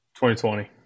2020